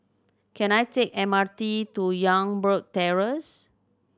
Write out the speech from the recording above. can I take M R T to Youngberg Terrace